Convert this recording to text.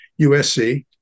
USC